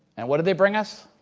and what did they bring us?